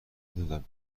دادم